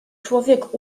człowiek